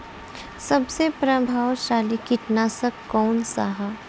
सबसे प्रभावशाली कीटनाशक कउन सा ह?